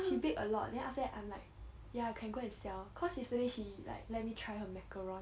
she bake a lot then after that I'm like ya can go and sell cause yesterday she like let me try her macaron